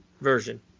version